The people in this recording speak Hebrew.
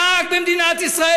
לא יכול להיות נהג במדינת ישראל,